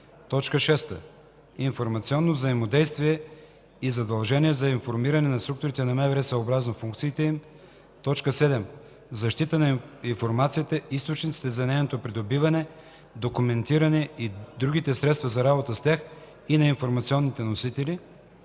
6. информационно взаимодействие и задължение за информиране на структурите на МВР съобразно функциите им; 7. защита на информацията, източниците за нейното придобиване, документите и другите средства за работа с тях и на информационните носители;